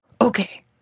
Okay